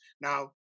Now